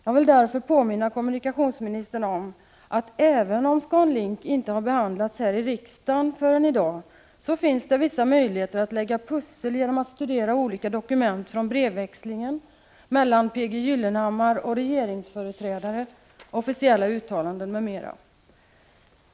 Jag vill därför påminna kommunikationsministern om, att även om Scandinavian Link inte har behandlats här i riksdagen förrän i dag, finns det vissa möjligheter att lägga pussel genom att studera olika dokument från brevväxlingen mellan P. G. Gyllenhammar och regeringsföreträdare, officiella uttalanden, m.m.